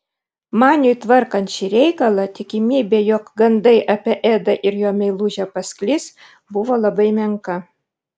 maniui tvarkant šį reikalą tikimybė jog gandai apie edą ir jo meilužę pasklis buvo labai menka